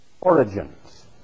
Origins